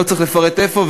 לא צריך לפרט איפה,